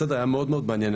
בסדר היה מאוד מאוד בעניין.